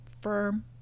firm